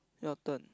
your turn